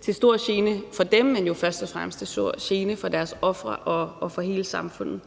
til stor gene for dem, men jo først og fremmest til stor gene for deres ofre og for hele samfundet.